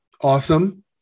awesome